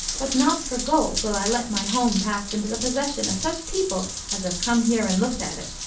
but not for gold will i let my home pass into the possession of such people as have come here and looked at it.